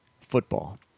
football